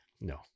No